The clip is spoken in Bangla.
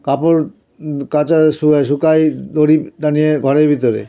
কাপড় কাচা শুকাই দড়ি টাঙিয়ে ঘরের ভিতরে